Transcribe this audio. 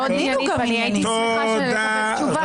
אני הייתי שמחה לקבל תשובה.